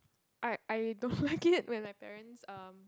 I I don't like it when my parents um